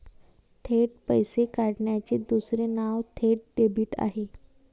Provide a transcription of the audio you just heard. थेट पैसे काढण्याचे दुसरे नाव थेट डेबिट आहे